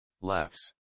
laughs